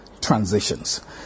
transitions